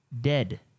dead